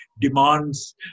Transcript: demands